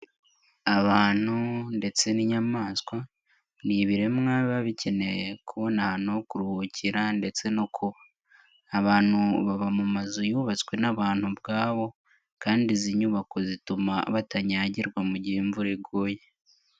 Abantu ndetse n'inyamaswa ni ibiremwa biba bikeneye kubona ahantu ho kuruhukira ndetse no kuba. Abantu baba mu mazu yubatswe n'abantu ubwabo, kandi izi nyubako zituma batanyagirwa mu gihe imvura iguye.